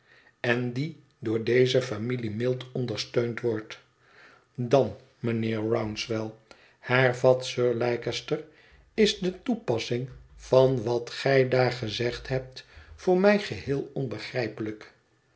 en die door deze familie mild ondersteund wordt dan mijnheer rouncewell hervat sir leicester is de toepassing van wat gij daar gezegd hebt voor mij geheel onbegrijpelijk